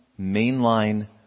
mainline